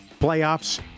Playoffs